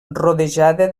rodejada